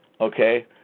Okay